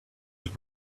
his